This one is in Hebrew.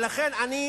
לכן, אני